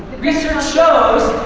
research shows,